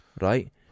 right